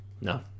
No